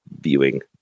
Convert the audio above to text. viewing